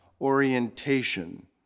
orientation